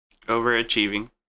Overachieving